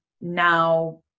now